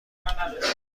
کرد